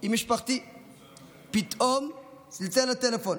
עם משפחתי ופתאום צלצל הטלפון,